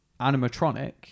animatronic